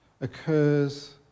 occurs